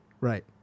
Right